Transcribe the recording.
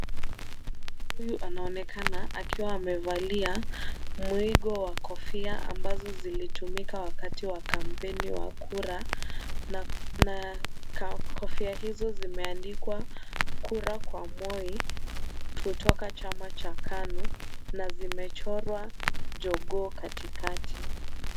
Mtu huyu anaonekana akiwa amevalia mwigo wa kofia ambazo zilitumika wakati wa kampeni wa kura na kofia hizo zimeandikwa, Kura kwa Moi kutoka chama cha KANU na zimechorwa jogoo katikati.